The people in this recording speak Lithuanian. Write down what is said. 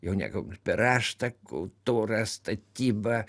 jau nekalbant per raštą kultūrą statybą